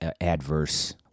adverse